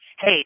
hey